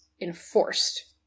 enforced